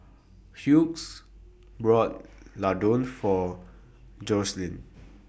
Hughes bought Ladoo For Joselin